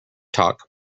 talk